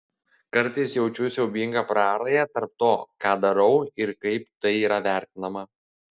kartais jaučiu siaubingą prarają tarp to ką darau ir kaip tai yra vertinama